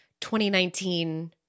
2019